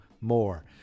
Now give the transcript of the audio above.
more